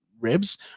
ribs